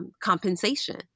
Compensation